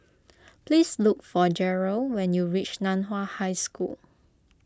please look for Gerald when you reach Nan Hua High School